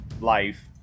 life